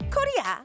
Korea